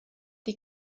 die